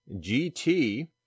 GT